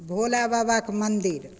भोला बाबाके मन्दिर